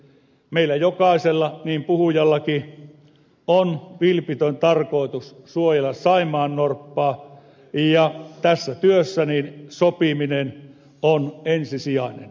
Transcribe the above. meillä jokaisella niin puhujallakin on vilpitön tarkoitus suojella saimaannorppaa ja tässä työssä sopiminen on ensisijainen